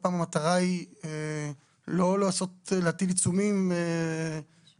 המטרה היא לא להטיל עיצומים אלא